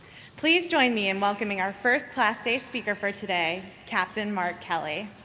please join me in welcoming our first class day speaker for today, captain mark kelly.